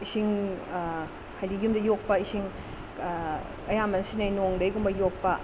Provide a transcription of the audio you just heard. ꯏꯁꯤꯡ ꯍꯥꯏꯗꯤ ꯌꯨꯝꯗ ꯌꯣꯛꯄ ꯏꯁꯤꯡ ꯑꯌꯥꯝꯕꯅ ꯁꯤꯖꯤꯟꯅꯩ ꯅꯣꯡꯗꯩꯒꯨꯝꯕ ꯌꯣꯛꯄ